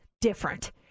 different